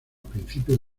principios